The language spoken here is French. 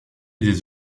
des